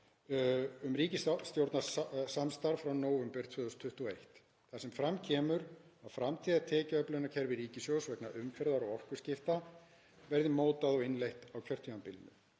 um ríkisstjórnarsamstarf frá nóvember 2021 þar sem fram kemur að framtíðartekjuöflunarkerfi ríkissjóðs vegna umferðar og orkuskipta verði mótað og innleitt á kjörtímabilinu.